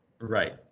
Right